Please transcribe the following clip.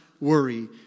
worry